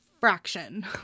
fraction